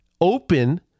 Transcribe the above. open